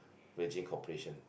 Virgin Corporation